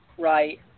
Right